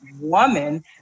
woman